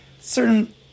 Certain